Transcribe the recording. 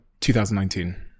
2019